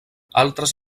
altres